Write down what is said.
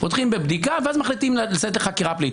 פותחים בבדיקה, ואז מחליטים לצאת לחקירה פלילית.